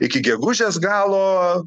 iki gegužės galo